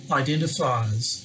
identifiers